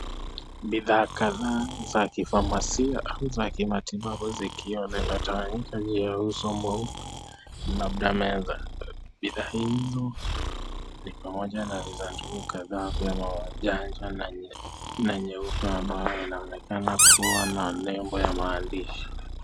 Bidhaa kadhaa za kifamasia au za kimatibabu zikiwa zimetawanyika juu ya uso mweupe, labda meza. Bidhaa hizo ni pamoja na visanduku kadhaa vya janja na nyeupe ambavyo vinaonekana kuwa na nembo ya mandishi.